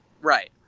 Right